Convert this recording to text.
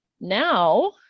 Now